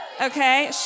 Okay